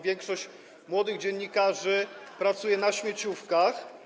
Większość młodych dziennikarzy pracuje na śmieciówkach.